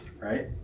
right